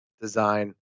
design